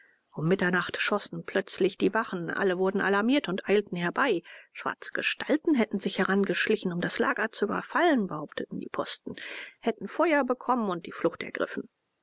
um mitternacht schossen plötzlich die wachen alle wurden alarmiert und eilten herbei schwarze gestalten hätten sich herangeschlichen um das lager zu überfallen behaupteten die posten hätten feuer bekommen und die flucht ergriffen